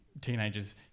teenagers